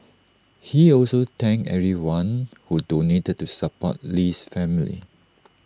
he also thanked everyone who donated to support Lee's family